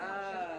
אדוני,